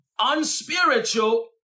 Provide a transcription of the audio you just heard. unspiritual